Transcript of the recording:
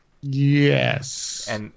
Yes